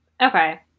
Okay